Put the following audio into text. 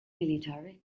military